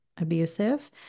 abusive